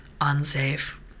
unsafe